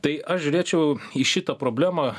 tai aš žiūrėčiau į šitą problemą